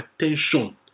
attention